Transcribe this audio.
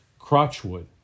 Crotchwood